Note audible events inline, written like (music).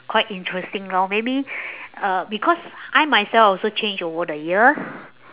quite interesting lor maybe (breath) uh because I myself also change over the years